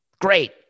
great